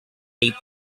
taped